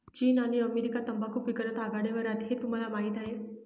चीन आणि अमेरिका तंबाखू पिकवण्यात आघाडीवर आहेत हे तुम्हाला माहीत आहे